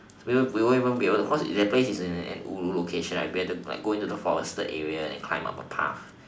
we won't we won't even be able to because that place is a an ulu location I we have to like go into a forested area and climb up a path